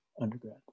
undergrad